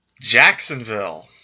Jacksonville